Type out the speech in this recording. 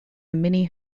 mini